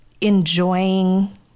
enjoying